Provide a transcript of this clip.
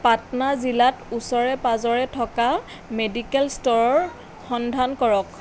পাটনা জিলাত ওচৰে পাঁজৰে থকা মেডিকেল ষ্ট'ৰৰ সন্ধান কৰক